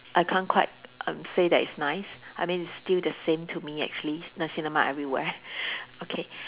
I can't quite um say that it's nice I mean it's still the same to me actually Nasi-Lemak everywhere okay